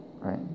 right